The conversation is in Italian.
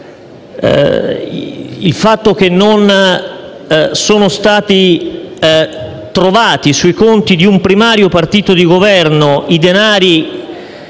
del fatto che non sono stati trovati sui conti di un primario partito di Governo i denari